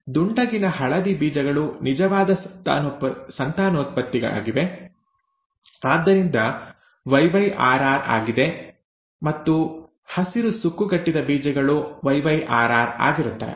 ದುಂಡಗಿನ ಹಳದಿ ಬೀಜಗಳು ನಿಜವಾದ ಸಂತಾನೋತ್ಪತ್ತಿಯಾಗಿವೆ ಆದ್ದರಿಂದ YYRR ಆಗಿದೆ ಮತ್ತು ಹಸಿರು ಸುಕ್ಕುಗಟ್ಟಿದ ಬೀಜಗಳು yyrr ಆಗಿರುತ್ತವೆ